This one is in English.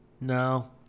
No